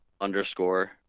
underscore